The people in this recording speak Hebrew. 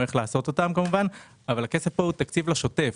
אבל הכסף פה הוא תקציב לשוטף.